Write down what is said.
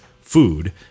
food